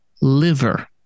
liver